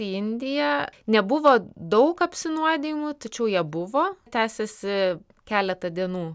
į indiją nebuvo daug apsinuodijimų tačiau jie buvo tęsiasi keletą dienų